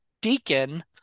Deacon